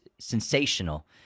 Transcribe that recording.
sensational